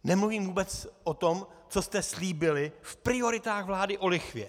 Nemluvím vůbec o tom, co jste slíbili v prioritách vlády o lichvě.